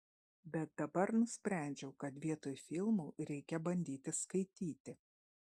bet dabar nusprendžiau kad vietoj filmų reikia bandyti skaityti